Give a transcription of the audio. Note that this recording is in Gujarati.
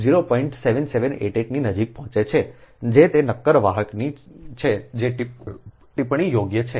7788 ની નજીક પહોંચે છે જે તે નક્કર વાહકની છે જે ટિપ્પણી યોગ્ય છે